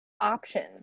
Options